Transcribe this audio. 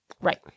Right